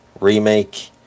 remake